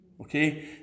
Okay